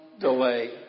delay